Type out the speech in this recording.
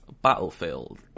Battlefield